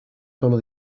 sólo